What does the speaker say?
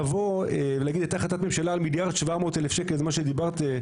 לבוא להגיד הייתה החלטת ממשלה על 1,000,700,000 זה מה שדיברת,